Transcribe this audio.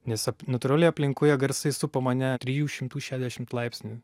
nes natūralioje aplinkoje garsai supa mane trijų šimtų šešiadešim laipsnių